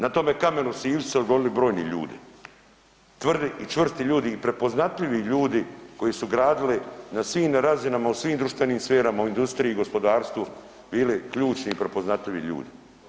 Na tom kamenu sivcu su se odgojili brojni ljudi, tvrdi i čvrsti ljudi i prepoznatljivi ljudi koji su gradili na svim razinama u svim društvenim sferama u industriji i gospodarstvu bili ključni i prepoznatljivi ljudi.